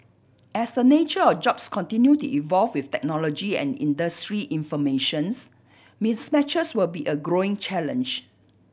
as the nature of jobs continue to evolve with technology and industry information's mismatches will be a growing challenge